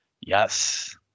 Yes